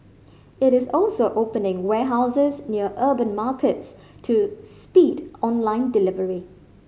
it is also opening warehouses near urban markets to speed online delivery